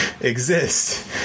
Exist